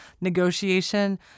negotiation